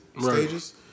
stages